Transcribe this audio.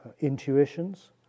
intuitions